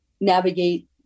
navigate